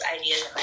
ideas